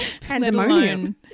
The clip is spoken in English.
Pandemonium